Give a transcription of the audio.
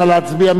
נא להצביע.